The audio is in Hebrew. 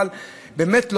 אבל צריך באמת להודות,